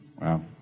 Wow